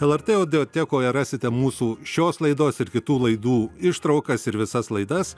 lrt audiotekoje rasite mūsų šios laidos ir kitų laidų ištraukas ir visas laidas